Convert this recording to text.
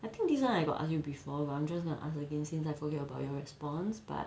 I think this one I got ask you before I'm just going to ask again since I forget about your response but